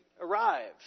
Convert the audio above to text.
arrived